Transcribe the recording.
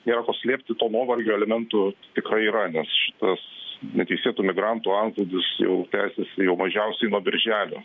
nėra ko slėpti to nuovargio elementų tikrai yra nes šitas neteisėtų migrantų antplūdis jau tęsiasi jau mažiausiai nuo birželio